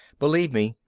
believe me,